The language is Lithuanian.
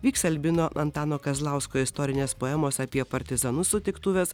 vyks albino antano kazlausko istorinės poemos apie partizanus sutiktuvės